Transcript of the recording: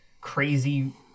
crazy